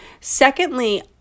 Secondly